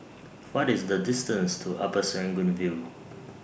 What IS The distance to Upper Serangoon View